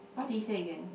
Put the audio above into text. what did he say again